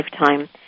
lifetime